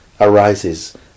arises